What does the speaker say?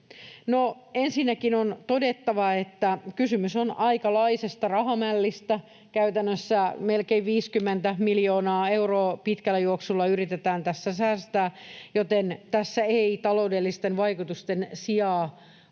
ensinnäkin on todettava, että kysymys on aikalaisesta rahamällistä. Käytännössä melkein 50 miljoonaa euroa pitkässä juoksussa yritetään tässä säästää, joten tässä ei taloudellisten vaikutusten sijaan